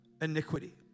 iniquity